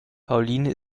pauline